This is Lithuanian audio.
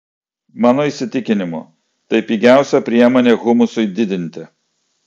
mano įsitikinimu tai pigiausia priemonė humusui didinti